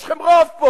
יש לכם פה רוב.